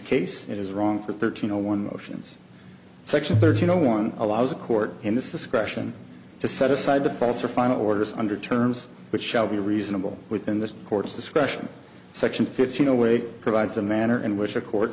it is wrong for thirteen no one motions section thirty no one allows a court in this discretion to set aside the false or final orders under terms which shall be reasonable within the court's discretion section fifteen away provides a manner in which a court